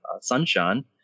Sunshine